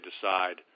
decide